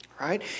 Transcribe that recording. right